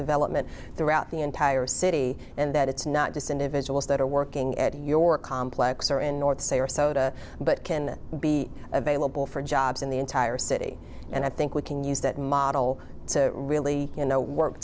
development throughout the entire city and that it's not just individuals that are working at your complex or in north say or soda but can be available for jobs in the entire city and i think we can use that model to really